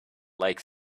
like